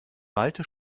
malte